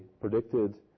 predicted